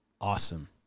awesome